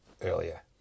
earlier